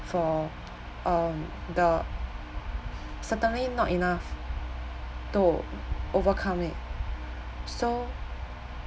for um the certainly not enough to overcome it so